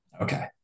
Okay